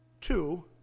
Two